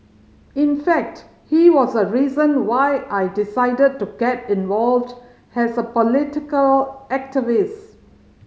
in fact he was a reason why I decided to get involved as a political activist